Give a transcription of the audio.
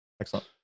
Excellent